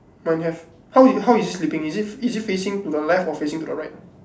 mine have how is how is it sleeping is it is it facing to the left or facing to the right